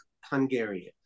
Hungarian